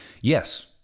Yes